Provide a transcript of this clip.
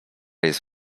jest